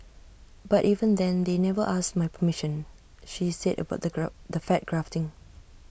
but even then they never asked my permission she said about the graft the fat grafting